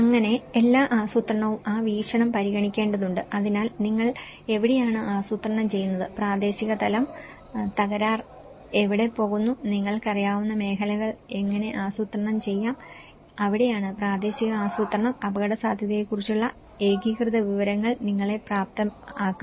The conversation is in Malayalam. അങ്ങനെ എല്ലാ ആസൂത്രണവും ആ വീക്ഷണം പരിഗണിക്കേണ്ടതുണ്ട് അതിനാൽ നിങ്ങൾ എവിടെയാണ് ആസൂത്രണം ചെയ്യുന്നത് പ്രാദേശിക തലം തകരാർ എവിടെ പോകുന്നു നിങ്ങൾക്ക് അറിയാവുന്ന മേഖലകൾ എങ്ങനെ ആസൂത്രണം ചെയ്യാം അവിടെയാണ് പ്രാദേശിക ആസൂത്രണം അപകടസാധ്യതകളെക്കുറിച്ചുള്ള ഏകീകൃത വിവരങ്ങൾ നിങ്ങളെ പ്രാപ്തമാക്കുന്നത്